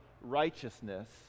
righteousness